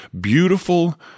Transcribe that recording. beautiful